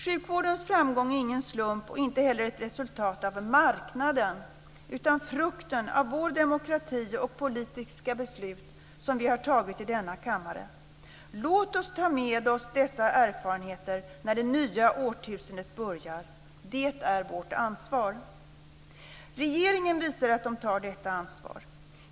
Sjukvårdens framgång är ingen slump och inte heller ett resultat av marknaden, utan frukten av vår demokrati och politiska beslut som vi har tagit i denna kammare. Låt oss ta med oss dessa erfarenheter när det nya årtusendet börjar. Det är vårt ansvar. Regeringen visar att den tar detta ansvar.